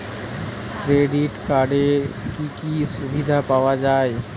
Credit কার্ডের কি কি সুবিধা পাওয়া যায়?